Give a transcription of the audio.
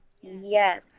Yes